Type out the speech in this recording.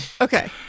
Okay